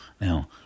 now